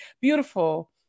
beautiful